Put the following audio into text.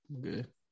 good